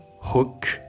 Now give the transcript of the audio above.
hook